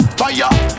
fire